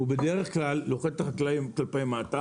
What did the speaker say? הוא בדרך כלל לוחץ את החקלאים כלפי מטה